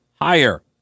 higher